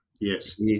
Yes